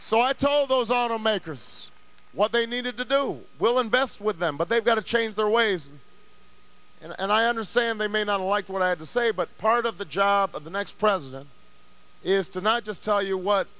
so i told those automakers what they needed to do we'll invest with them but they've got to change their ways and i understand they may not like what i had to say but part of the job of the next president is to not just tell you what